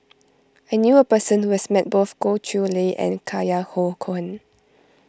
I knew a person who has met both Goh Chiew Lye and Cohen